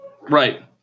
Right